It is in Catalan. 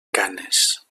canes